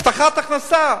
הבטחת הכנסה.